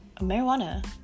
Marijuana